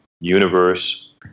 universe